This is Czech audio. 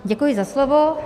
Děkuji za slovo.